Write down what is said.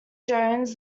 jones